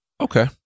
Okay